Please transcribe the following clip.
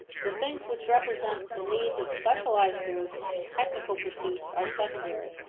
the things which represent the needs of specialized groups and technical pursuits are secondary.